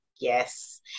yes